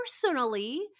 personally